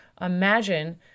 imagine